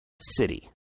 city